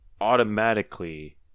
automatically